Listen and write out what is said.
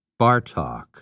Bartok